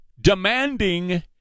demanding